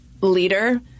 leader